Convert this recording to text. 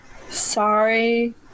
sorry